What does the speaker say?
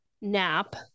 nap